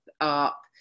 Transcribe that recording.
up